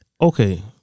Okay